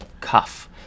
cuff